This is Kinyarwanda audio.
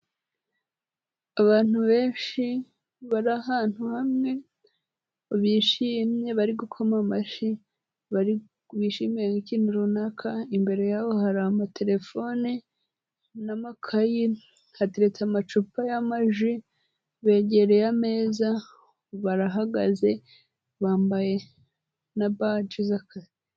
Abantu benshi bari ahantu hamwe bishimye bari gukoma amashi, bishimiye nk'ikintu runaka, imbere yabo hari amatelefone n'amakayi hateretse amacupa y'amaji, begereye ameza, barahagaze bambaye na baji z'akazi.